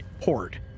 port